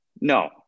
No